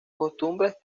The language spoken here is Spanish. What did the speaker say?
costumbres